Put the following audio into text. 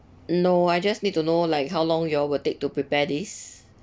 no I just need to know like how long you all will take to prepare this